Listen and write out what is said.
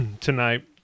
tonight